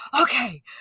Okay